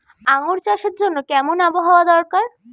আঙ্গুর চাষের জন্য কেমন আবহাওয়া দরকার?